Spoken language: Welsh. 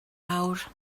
awr